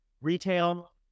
retail